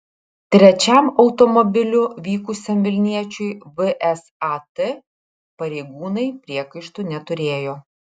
trečiam automobiliu vykusiam vilniečiui vsat pareigūnai priekaištų neturėjo